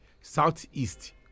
Southeast